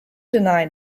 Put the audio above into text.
deny